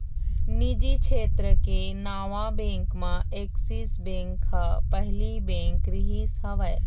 निजी छेत्र के नावा बेंक म ऐक्सिस बेंक ह पहिली बेंक रिहिस हवय